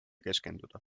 keskenduda